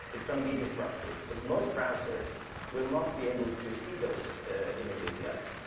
it's going to be disruptive. because most browsers will not be able to see those images yet.